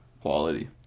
quality